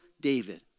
David